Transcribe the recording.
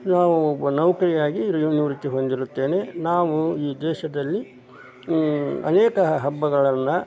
ನಾವು ನೌಕರಿಯಾಗಿ ನಿವೃತ್ತಿ ಹೊಂದಿರುತ್ತೇನೆ ನಾವು ಈ ದೇಶದಲ್ಲಿ ಅನೇಕ ಹಬ್ಬಗಳನ್ನು